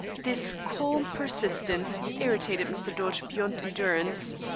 this calm persistence irritated mr. dodge beyond endurance.